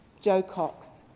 jo cox.